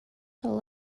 all